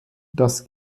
das